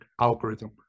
algorithm